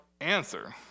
answer